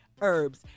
Herbs